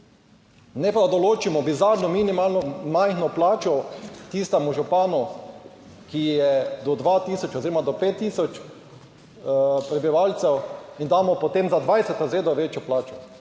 da določimo bizarno minimalno majhno plačo tistemu županu, ki je do 2 tisoč oziroma do 5 tisoč prebivalcev in damo potem za 20 razredov večjo plačo.